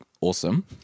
Awesome